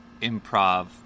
improv